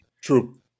True